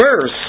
verse